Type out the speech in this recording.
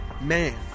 man